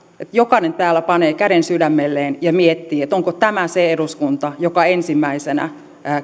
että jokainen täällä panee käden sydämelleen ja miettii onko tämä se eduskunta joka ensimmäisenä